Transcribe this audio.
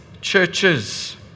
churches